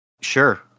Sure